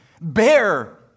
bear